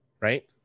right